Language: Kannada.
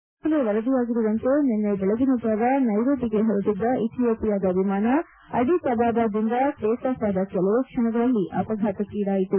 ಈಗಾಗಲೇ ವರದಿಯಾಗಿರುವಂತೆ ನಿನ್ನೆ ಬೆಳಗಿನ ಜಾವ ನೈರೋಬಿಗೆ ಹೊರಟದ್ದ ಇಥಿಯೋಪಿಯಾದ ವಿಮಾನ ಅಡೀಸ್ಅಬಾಬಾದಿಂದ ಟೇಕ್ ಆಫ್ ಆದ ಕೆಲವೇ ಕ್ಷಣಗಳಲ್ಲಿ ಅಪಘಾತಕೀಡಾಯಿತು